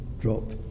drop